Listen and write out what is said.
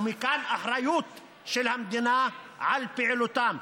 ומכאן האחריות של המדינה לפעילותם.